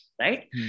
right